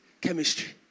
chemistry